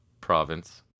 province